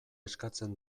eskatzen